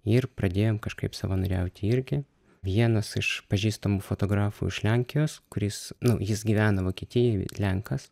ir pradėjom kažkaip savanoriauti irgi vienas iš pažįstamų fotografų iš lenkijos kuris nu jis gyvena vokietijoj lenkas